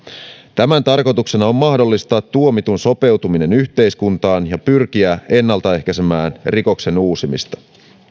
tämän tarkoituksena on mahdollistaa tuomitun sopeutuminen yhteiskuntaan ja pyrkiä ennaltaehkäisemään rikoksen uusimista